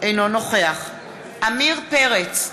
אינו נוכח עמיר פרץ,